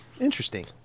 Interesting